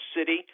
city